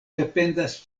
dependas